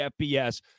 FBS